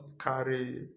carry